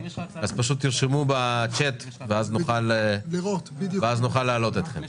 פשוט תרשמו ב-צ'ט ואז נוכל להעלות אתכם.